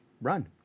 run